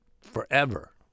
forever